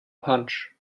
punch